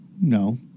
No